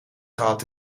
gehad